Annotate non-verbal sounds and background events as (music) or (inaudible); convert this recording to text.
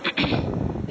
(coughs) (breath)